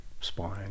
spine